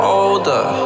older